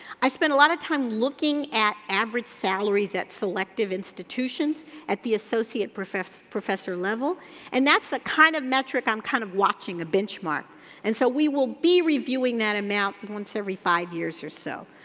i spent a lot of time looking at average salaries at selective institutions at the associate professor professor level and that's a kind of metric i'm kind of watching a benchmark and so we will be reviewing that amount once every five years or so.